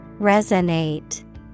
Resonate